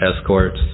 escorts